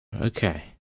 Okay